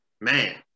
man